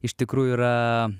iš tikrųjų yra